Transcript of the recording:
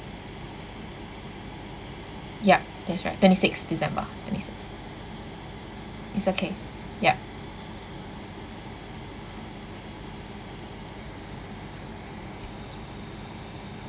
yup that's right twenty sixth december twenty sixth it's okay yup